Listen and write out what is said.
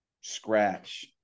scratch